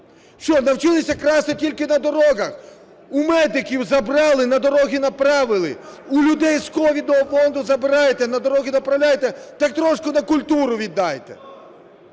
Що, навчилися красти тільки на дорогах? У медиків забрали, на дороги направили. У людей з ковідного фонду забираєте, на дороги направляєте. Так трошки на культуру віддайте.